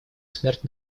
смерть